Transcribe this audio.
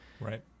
right